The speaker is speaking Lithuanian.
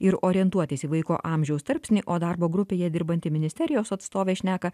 ir orientuotis į vaiko amžiaus tarpsnį o darbo grupėje dirbanti ministerijos atstovė šneka